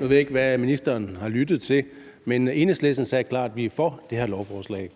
Nu ved jeg ikke, hvad ministeren har lyttet til, men Enhedslisten sagde klart, at vi er for det her lovforslag.